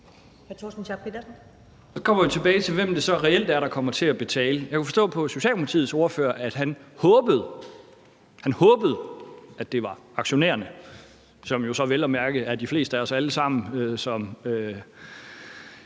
Så kommer vi jo tilbage til, hvem det så reelt er, der kommer til at betale. Jeg kunne forstå på Socialdemokratiets ordfører, at han håbede, at det var aktionærerne, som jo så vel at mærke er de fleste af os alle sammen i